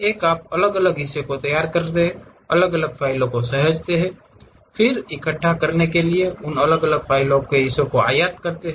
एक आप अलग अलग हिस्सों को तैयार करते हैं अलग अलग फाइलों को सहेजते हैं फिर इकट्ठा करने के लिए उन अलग अलग हिस्सों को आयात करते हैं